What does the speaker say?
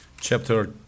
Chapter